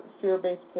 fear-based